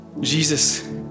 Jesus